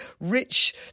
rich